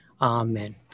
Amen